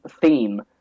theme